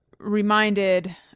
reminded